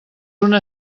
una